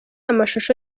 amashusho